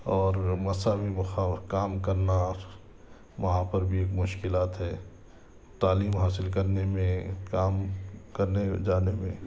اور مساوی موقعہ اور کام کرنا وہاں پر بھی مشکلات ہے تعلیم حاصل کرنے میں کام کرنے جانے میں